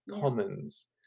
commons